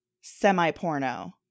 semi-porno